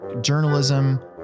journalism